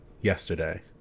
yesterday